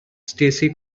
stacey